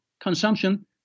consumption